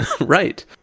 Right